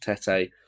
Tete